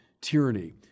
tyranny